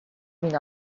been